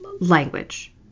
language